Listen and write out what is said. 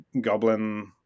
Goblin